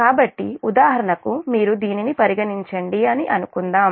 కాబట్టి ఉదాహరణకు మీరు దీనిని పరిగణించండి అనుకుందాం